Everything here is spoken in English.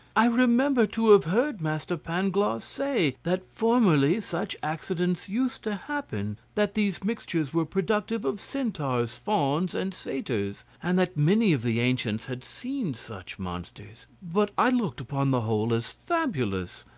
i remember to have heard master pangloss say, that formerly such accidents used to happen that these mixtures were productive of centaurs, fauns, and satyrs and that many of the ancients had seen such monsters, but i looked upon the whole as fabulous.